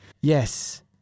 yes